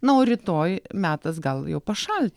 na o rytoj metas gal jau pašalt